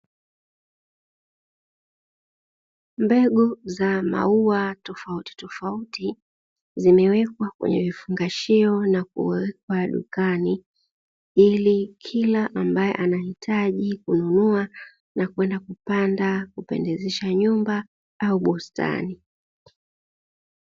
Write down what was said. Mbegu za maua tofauti tofauti zimewekwa kwenye vifungashio na kuwekwa dukani, ili kila ambaye anahitaji kununua na kwenda kupanda kupendezesha nyumba au bustani.